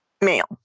male